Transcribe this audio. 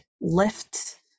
lift